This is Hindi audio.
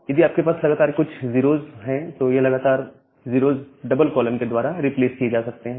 यदि आपके पास लगातार कुछ 0s है तो यह लगातार 0s डबल कॉलन के द्वारा रिप्लेस किए जा सकते हैं